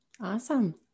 Awesome